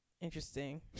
interesting